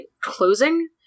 closing